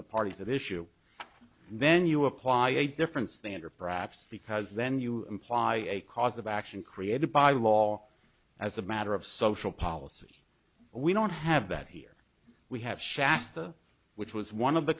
the parties at issue then you apply a different standard perhaps because then you imply a cause of action created by law as a matter of social policy we don't have that here we have shasta which was one of the